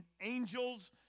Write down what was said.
angels